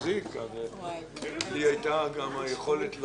הישיבה ננעלה בשעה 17:30.